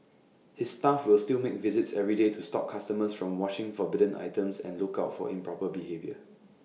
his staff will still make visits every day to stop customers from washing forbidden items and look out for improper behaviour